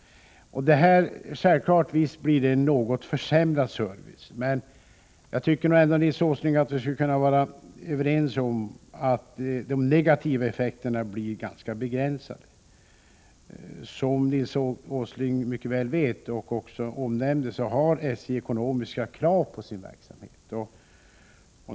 Visst blir det en något försämrad service, men jag tycker ändå, Nils Åsling, att vi skall vara överens om att de negativa effekterna blir ganska begränsade. Som Nils Åsling mycket väl vet och också omnämnde har SJ ekonomiska krav på sin verksamhet.